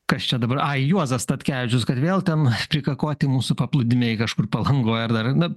kas čia dabar juozas statkevičius kad vėl ten prikakoti mūsų paplūdimiai kažkur palangoj ar dar na